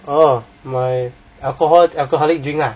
oh my alcohol alcoholic drink lah